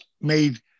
made